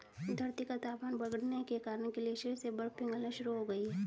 धरती का तापमान बढ़ने के कारण ग्लेशियर से बर्फ पिघलना शुरू हो गयी है